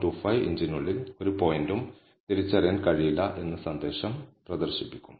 25 ഇഞ്ചിനുള്ളിൽ ഒരു പോയിന്റും തിരിച്ചറിയാൻ കഴിയില്ല എന്ന സന്ദേശം പ്രദർശിപ്പിക്കും